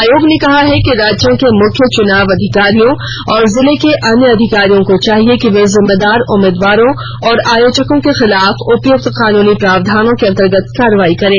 आयोग ने कहा है कि राज्यों के मुख्य चुनाव अधिकारियों और जिले के अन्य अधिकारियों को चाहिए कि वे जिम्मेदार उम्मीदवारों और आयोजकों के खिलाफ उपयुक्त कानूनी प्रावधानों के अंतर्गत कार्रवाई करें